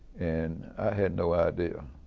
and i had no idea